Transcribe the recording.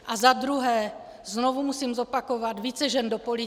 A za druhé, znovu musím zopakovat: Více žen do politiky!